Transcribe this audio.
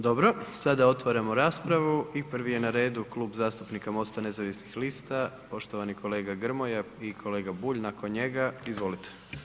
Dobro, sada otvaramo raspravu i prvi je na redu Klub zastupnika MOST-a nezavisnih lista, poštovani kolega Grmoja i kolega Bulj nakon njega, izvolite.